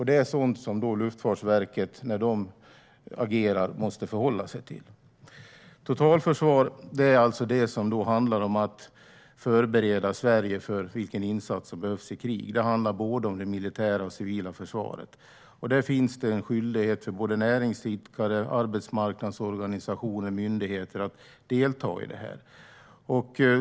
Det är sådant som Luftfartsverket måste förhålla sig till när man agerar. Totalförsvar handlar om att förbereda Sverige för den insats som behövs i krig. Det handlar om både det militära och det civila försvaret. Näringsidkare, arbetsmarknadsorganisationer och myndigheter har en skyldighet att delta i detta.